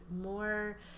more